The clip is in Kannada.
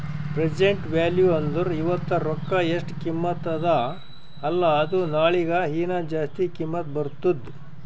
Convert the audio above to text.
ಪ್ರೆಸೆಂಟ್ ವ್ಯಾಲೂ ಅಂದುರ್ ಇವತ್ತ ರೊಕ್ಕಾ ಎಸ್ಟ್ ಕಿಮತ್ತ ಅದ ಅಲ್ಲಾ ಅದು ನಾಳಿಗ ಹೀನಾ ಜಾಸ್ತಿ ಕಿಮ್ಮತ್ ಬರ್ತುದ್